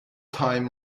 time